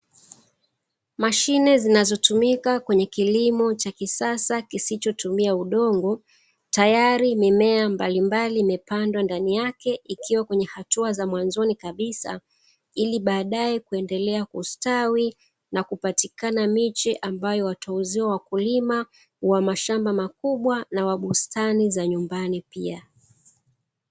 Mashine zinazotumika kwenye kilimo cha kisasa kisichotumia udongo, tayari mimea mbalimbali imepandwa ndani yake, ikiwa kwenye hatua za mwanzoni kabisa, ili baadaye kuendelea kustawi na kupatikana miche ambayo watauziwa wakulima wa mashamba makubwa na wa bustani za nyumbani pia.